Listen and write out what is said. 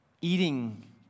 eating